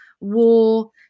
war